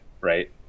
right